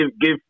give